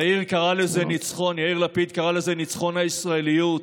יאיר לפיד קרא לזה "ניצחון הישראליות".